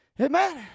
Amen